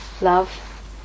Love